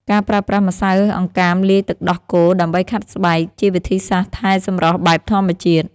ការប្រើប្រាស់ម្សៅអង្កាមលាយទឹកដោះគោដើម្បីខាត់ស្បែក ជាវិធីសាស្ត្រថែសម្រស់បែបធម្មជាតិ។